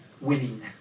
Winning